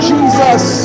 Jesus